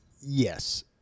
Yes